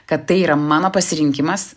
kad tai yra mano pasirinkimas